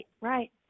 right